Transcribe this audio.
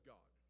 God